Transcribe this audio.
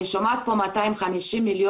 אני שומעת פה 250 מיליון,